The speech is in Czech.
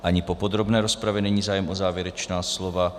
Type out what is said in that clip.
Ani po podrobné rozpravě není zájem o závěrečná slova.